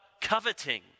coveting